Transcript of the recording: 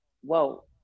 whoa